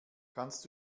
kannst